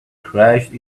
crashed